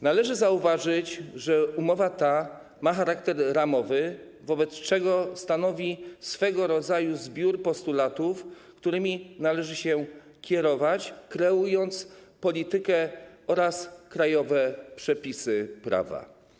Należy zauważyć, że umowa ta ma charakter ramowy, wobec czego stanowi swego rodzaju zbiór postulatów, którymi należy się kierować, kreując politykę oraz krajowe przepisy prawa.